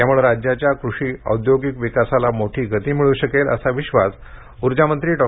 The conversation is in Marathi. यामुळे राज्याच्या कृषी औद्योगिक विकासाला मोठी गती मिळू शकेल असा विश्वास ऊर्जामंत्री डॉ